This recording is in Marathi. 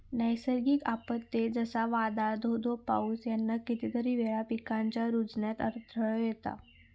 नैसर्गिक आपत्ते, जसा वादाळ, धो धो पाऊस ह्याना कितीतरी वेळा पिकांच्या रूजण्यात अडथळो येता